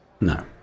No